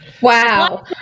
Wow